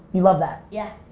you love that. yeah.